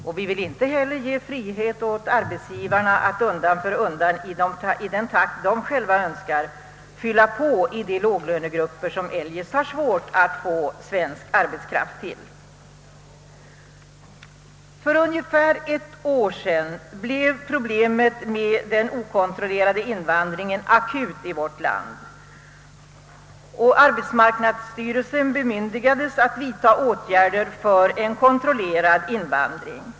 Och vi vill inte heller ge frihet åt arbetsgivarna att undan för undan, i den takt de själva önskar, fylla på i de låglönegrupper som det alltjämt är svårt att få svensk arbetskraft till. För ungefär ett år sedan blev problemet med den okontrollerade invandringen akut i vårt land, och arbetsmarknadsstyrelsen bemyndigades att vidtaga åtgärder för en kontrollerad invandring.